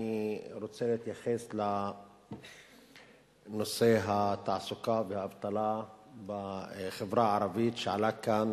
אני רוצה להתייחס לנושא התעסוקה והאבטלה בחברה הערבית שעלה כאן,